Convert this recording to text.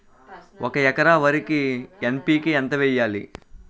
ఒక ఎకర వరికి ఎన్.పి కే ఎంత వేయాలి?